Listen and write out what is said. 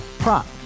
Prop